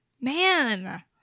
Man